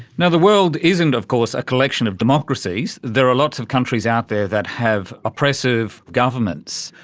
and the world isn't of course a collection of democracies, there are lots of countries out there that have oppressive governments.